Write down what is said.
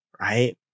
right